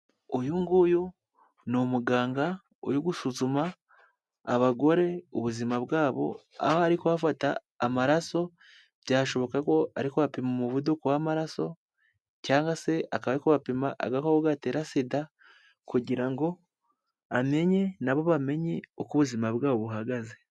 Uyu nguyu ni umuganga uri gusuzuma abagore ubuzima bwabo, aho ari kubafata amaraso, byashoboka ko ari kubapima umuvuduko w'amaraso cyangwa se akaba ari kubapima agakoko gatera SIDA kugira ngo amenye na bo bamenye uko ubuzima bwabo buhagaze.